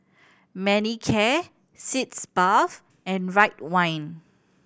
Manicare Sitz Bath and Ridwind